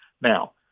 Now